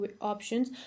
options